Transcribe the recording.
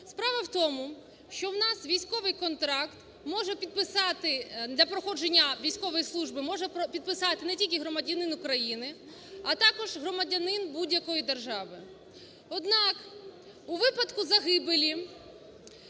Справа в тому, що в нас військовий контракт може підписати, для проходження військової служби, може підписати не тільки громадянин України, а також громадянин будь-якої держави. Однак у випадку загибелі